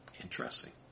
Interesting